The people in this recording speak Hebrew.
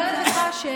אז אני אומרת לך שאיתי,